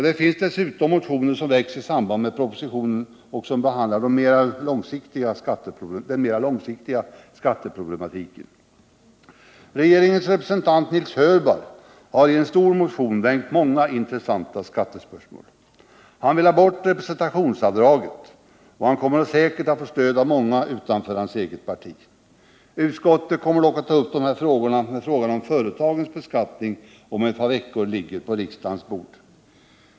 Det finns dessutom motioner som väckts i samband med propositionen och som behandlar den mera långsiktiga skatteproblematiken. Regeringens representant, Nils Hörberg, har i en stor motion tagit upp många intressanta skattespörsmål. Han vill ha bort representationsavdraget, och han kommer säkert att få stöd av många utanför sitt eget parti. Utskottet kommer dock att ta upp de frågorna, när ärendet om företagens beskattning om ett par veckor ligger på riksdagens bord.